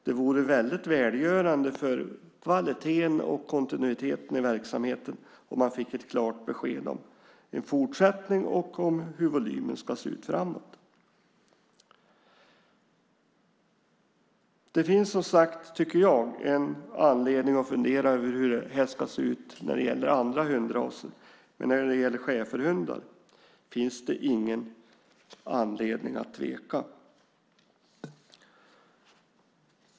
Det vore väldigt välgörande för kvaliteten och kontinuiteten i verksamheten om man fick ett klart besked om en fortsättning och om hur volymen ska se ut framåt. Det finns anledning att fundera över hur det här ska se ut när det gäller andra hundraser. Men när det gäller schäferhundar finns det ingen anledning att tveka.